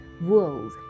world